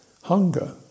hunger